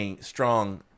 strong